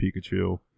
Pikachu